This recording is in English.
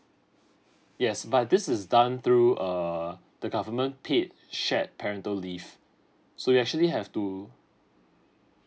yes but this is done through err the government paid shared parental leave so you actually have to